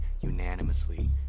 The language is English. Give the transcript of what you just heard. unanimously